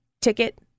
ticket